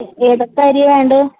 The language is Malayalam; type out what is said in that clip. ഏതൊക്കെ അരിയാണ് വേണ്ടത്